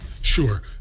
sure